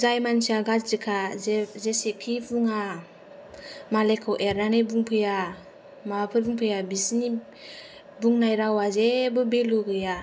जाय मानसिया गाज्रिखा जे जेसेखि बुङा मालायखौ एरनानै बुंफैया माबाफोर बुंफैया बिसिनि बुंनाय रावा जेबो बेलु गैया